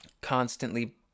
constantly